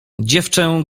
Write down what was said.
dziewczę